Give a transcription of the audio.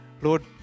Lord